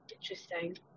Interesting